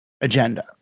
agenda